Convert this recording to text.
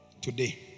today